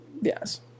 Yes